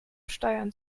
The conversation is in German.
steuern